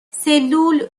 سلول